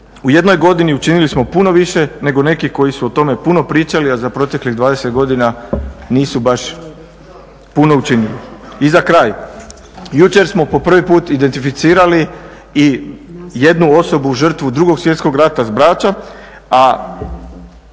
u jednoj godini učinili smo puno više nego neki koji su o tome puno pričali, a za proteklih 20. godina nisu baš puno učinili. I za kraj, jučer smo po prvi put identificirali i jednu osobu žrtvu 2.svjetskog rata s Brača,